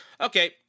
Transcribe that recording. okay